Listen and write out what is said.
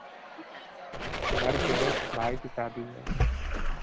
घर पर भी की शादी है